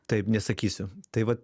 taip nesakysiu tai vat